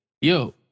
yo